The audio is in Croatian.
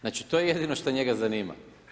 Znači, to je jedino što njega zanima.